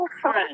friend